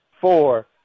four